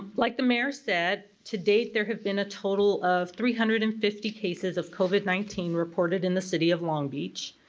like the mayor said, to date there have been a total of three hundred and fifty cases of covid nineteen reported in the city of long beach.